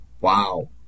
Wow